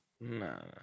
No